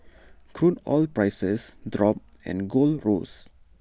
crude oil prices dropped and gold rose